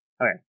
okay